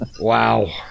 wow